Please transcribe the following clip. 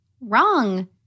wrong